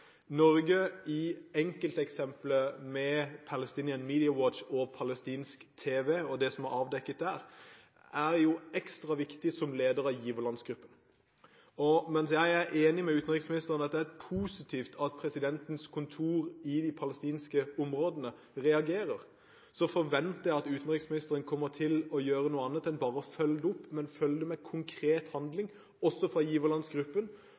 Norge er enkelteksemplet med Palestinian Media Watch og palestinsk tv og det som er avdekket der, ekstra viktig for oss som leder av giverlandsgruppen. Mens jeg er enig med utenriksministeren i at det er positivt at presidentens kontor i de palestinske områdene reagerer, forventer jeg at utenriksministeren kommer til å gjøre noe annet enn bare å følge det opp, at han også følger det opp med konkret handling fra